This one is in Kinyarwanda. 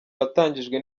watangijwe